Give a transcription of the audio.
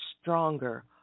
stronger